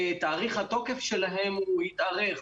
תאריך התוקף שלהן התארך.